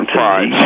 five